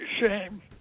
shame